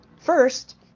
First